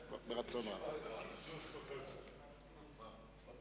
אני צופה אל שאר הסיעות ואומר: כל